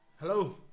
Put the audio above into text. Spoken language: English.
Hello